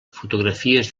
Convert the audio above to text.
fotografies